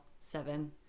seven